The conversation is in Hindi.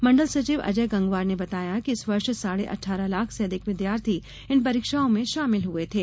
मण्डल सचिव अजय गंगवार ने बताया कि इस वर्ष साढ़े अठारह लाख से अधिक विद्यार्थी इन परीक्षाओं में शामिल हुए थे